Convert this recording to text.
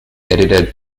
edited